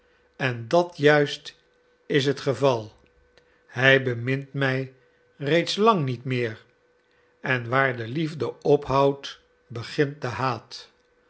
en dat juist is het geval hij bemint mij reeds lang niet meer en waar de liefde ophoudt begint de haat